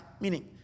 meaning